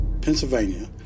Pennsylvania